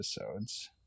episodes